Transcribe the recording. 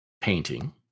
painting